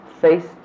face